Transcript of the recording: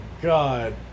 god